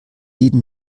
jeden